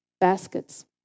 baskets